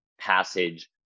passage